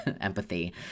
empathy